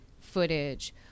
footage